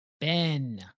Ben